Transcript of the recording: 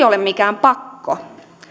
ole mikään pakko